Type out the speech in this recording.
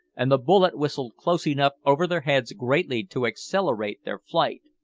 and the bullet whistled close enough over their heads greatly to accelerate their flight.